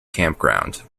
campground